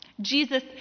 Jesus